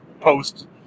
post